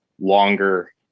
longer